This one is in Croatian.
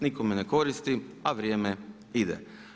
Nikome ne koristi, a vrijeme ide.